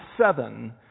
seven